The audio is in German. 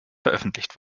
veröffentlicht